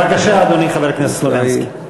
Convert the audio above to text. בבקשה, חבר הכנסת ניסן סלומינסקי.